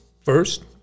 First